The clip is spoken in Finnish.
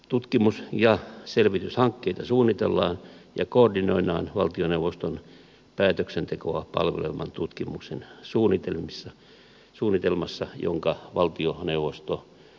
tutkimus ja selvityshankkeita suunnitellaan ja koordinoidaan valtioneuvoston päätöksentekoa palvelevan tutkimuksen suunnitelmassa jonka valtioneuvosto vahvistaa